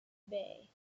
bay